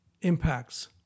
impacts